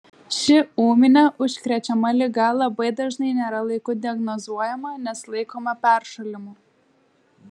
ši ūminė užkrečiama liga labai dažnai nėra laiku diagnozuojama nes laikoma peršalimu